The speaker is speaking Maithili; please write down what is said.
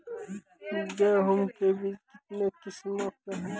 गेहूँ के बीज के कितने किसमें है?